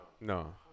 No